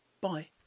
Bye